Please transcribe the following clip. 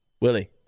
Willie